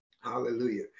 Hallelujah